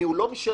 מי הוא לא משלנו.